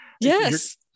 Yes